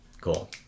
Cool